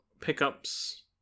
pickups